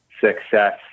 success